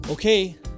Okay